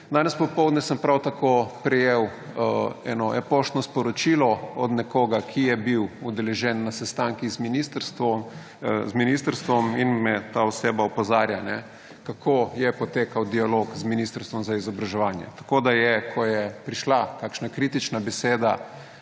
Danes popoldne sem prav tako prejel eno e-poštno sporočilo od nekoga, ki je bil udeležen na sestankih z ministrstvom, in me ta oseba opozarja, kako je potekal dialog z ministrstvom za izobraževanje, tako da je, ko je prišla kakšna kritična beseda,